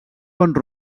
pont